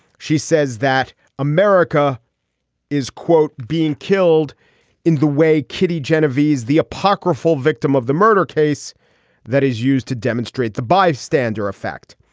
she says that america is quote being killed in the way kitty genovese the apocryphal victim of the murder case that is used to demonstrate the bystander effect.